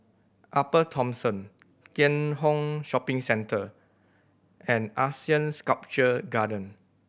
Upper Thomson Keat Hong Shopping Centre and ASEAN Sculpture Garden